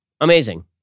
Amazing